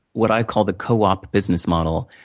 what i call the co-op business model,